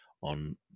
on